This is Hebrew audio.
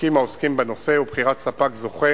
מספקים העוסקים בנושא, ובחירת ספק זוכה